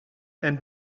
and